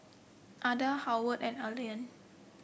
Adda Howard and Allean